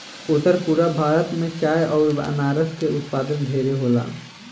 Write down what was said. उत्तर पूरब भारत में चाय अउर अनारस के उत्पाद ढेरे होला